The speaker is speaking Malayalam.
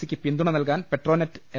സി യ്ക്ക് പിന്തുണ നൽകാൻ പെട്രോനെറ്റ് എൽ